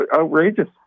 outrageous